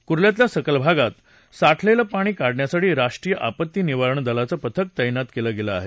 कुर्ल्यातल्या सखल भागात साठलेलं पाणी काढण्यासाठी राष्ट्रीय आपत्ती निवारण दलाचं पथक तैनात केलं गेलं आहे